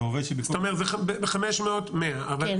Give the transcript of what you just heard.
ועובד --- אתה אומר ב־500 - 100- -- כן.